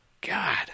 God